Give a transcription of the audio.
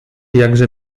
jakże